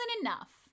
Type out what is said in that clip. enough